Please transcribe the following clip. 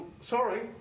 Sorry